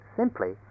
simply